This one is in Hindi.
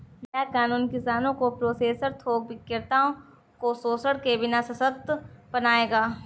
नया कानून किसानों को प्रोसेसर थोक विक्रेताओं को शोषण के बिना सशक्त बनाएगा